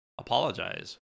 apologize